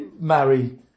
marry